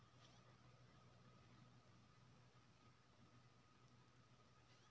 गर्मी मे खास कए मार्च सँ जुनक बीच जाएद फसल उपजाएल जाइ छै